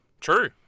True